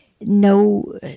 no